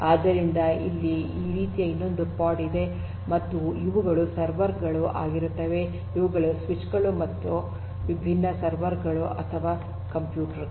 ಆದ್ದರಿಂದ ಇಲ್ಲಿ ಈ ರೀತಿಯ ಇನ್ನೊಂದು ಪಾಡ್ ಇದೆ ಮತ್ತು ಇವುಗಳು ಸರ್ವರ್ ಗಳು ಆಗಿರುತ್ತವೆ ಇವುಗಳು ಸ್ವಿಚ್ ಗಳು ಮತ್ತು ಇವುಗಳು ವಿಭಿನ್ನ ಸರ್ವರ್ ಗಳು ಅಥವಾ ಕಂಪ್ಯೂಟರ್ ಗಳು